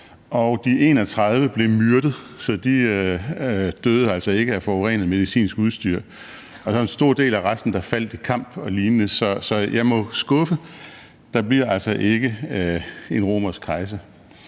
de 31 blev myrdet, så de døde altså ikke af forurenet medicinsk udstyr. En stor del af resten faldt i kamp og lignende. Så jeg må skuffe, der bliver altså ikke en romersk kejser.